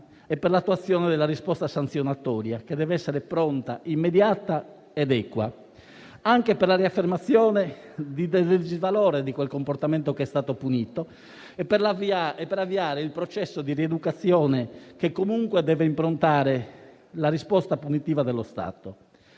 e per l'attuazione della risposta sanzionatoria, che deve essere pronta, immediata ed equa. E ciò anche per la riaffermazione di valore di quel comportamento che è stato punito e per avviare il processo di rieducazione che comunque deve improntare la risposta punitiva dello Stato.